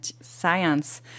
science